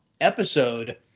episode